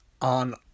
on